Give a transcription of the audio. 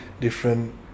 different